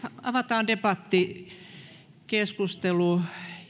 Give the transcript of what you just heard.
avataan debattikeskustelu